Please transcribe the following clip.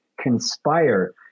conspire